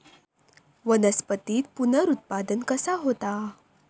वनस्पतीत पुनरुत्पादन कसा होता?